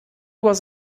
was